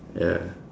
ya